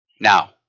Now